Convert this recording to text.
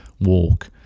walk